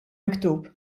miktub